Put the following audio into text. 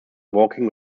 walking